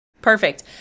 Perfect